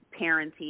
parenting